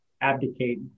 abdicate